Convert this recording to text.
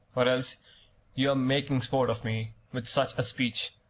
or else you're making sport of me, with such a speech.